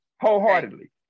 Wholeheartedly